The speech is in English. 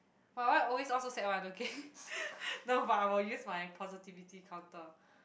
but why always all so sad one okay no but I will use my positivity counter